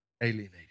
alienated